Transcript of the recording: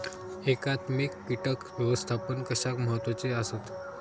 एकात्मिक कीटक व्यवस्थापन कशाक महत्वाचे आसत?